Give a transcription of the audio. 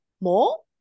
more